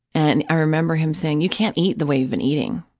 and i remember him saying, you can't eat the way you've been eating.